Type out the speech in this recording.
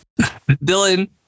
Dylan